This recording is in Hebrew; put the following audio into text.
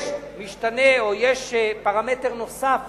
יש משתנה או פרמטר נוסף